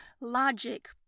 logic